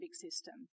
system